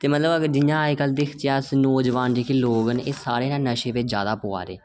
ते मतलब जि'यां अजकल अस दिखचै ते नौ जोआन लोक नशे च जैदा पवै दे